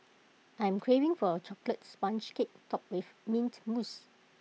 I am craving for A Chocolate Sponge Cake Topped with Mint Mousse